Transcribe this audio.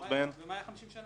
מה היה חמישים שנה?